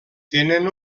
tenen